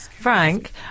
Frank